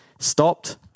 Stopped